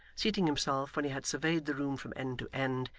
seating himself, when he had surveyed the room from end to end,